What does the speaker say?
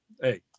hey